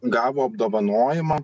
gavo apdovanojimą